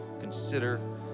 consider